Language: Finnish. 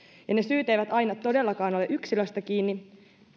ja ne syyt eivät aina todellakaan ole yksilöstä kiinni